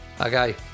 okay